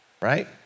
right